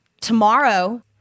Tomorrow